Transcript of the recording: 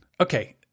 Okay